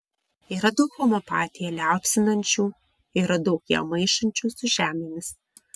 yra daug homeopatiją liaupsinančių yra daug ją maišančių su žemėmis